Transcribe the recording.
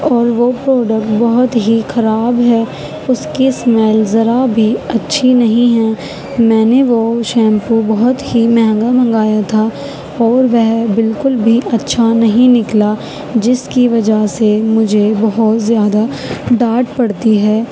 اور وہ پروڈکٹ بہت ہی خراب ہے اس کی اسمیل ذرا بھی اچّھی نہیں ہے میں نے وہ شیمپو بہت ہی مہنگا منگایا تھا اور وہ بالکل بھی اچّھا نہیں نکلا جس کی وجہ سے مجھے بہت زیادہ ڈانٹ پڑتی ہے